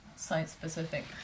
site-specific